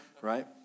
right